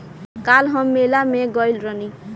काल्ह हम मेला में गइल रहनी